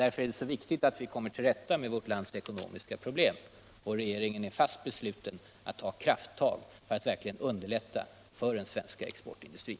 Därför är det viktigt att vi kommer till rätta med vårt lands ekonomiska problem. Regeringen är fast besluten att ta krafttag för att verkligen underlätta situationen för den svenska exportindustrin.